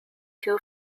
two